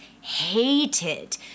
hated